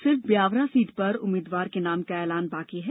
सिर्फ ब्यावरा सीट पर उम्मीदवार के नाम का ऐलान बाकी है